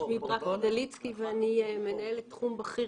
שמי ברכי דליצקי ואני מנהלת תחום בכיר